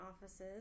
offices